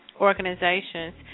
organizations